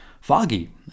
foggy